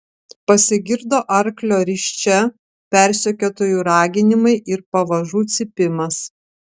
pasigirdo arklio risčia persekiotojų raginimai ir pavažų cypimas